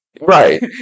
Right